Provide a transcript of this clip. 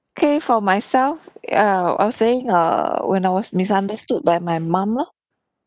okay for myself ya I was saying err when I was misunderstood by my mum lor